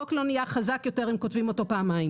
החוק לא חזק יותר אם כותבים אותו פעמיים.